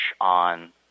on